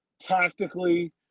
tactically